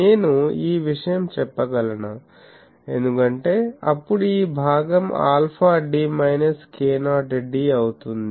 నేను ఈ విషయం చెప్పగలనాఎందుకంటే అప్పుడు ఈ భాగం alpha d minus k0 d అవుతుంది